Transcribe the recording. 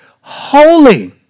Holy